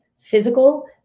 physical